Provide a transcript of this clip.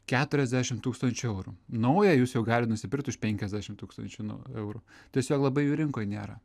keturiasdešimt tūkstančių eurų naują jūs jau gali nusipirkt už penkiasdešimt tūkstančių eurų tiesiog labai jų rinkoj nėra